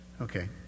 Okay